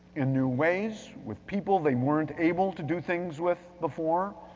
in new ways, with people they weren't able to do things with before,